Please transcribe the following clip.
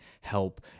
help